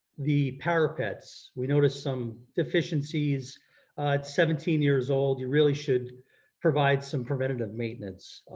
the parapets, we noticed some deficiencies. at seventeen years old, you really should provide some preventative maintenance.